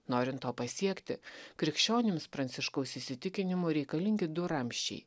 norint to pasiekti krikščionims pranciškaus įsitikinimu reikalingi du ramsčiai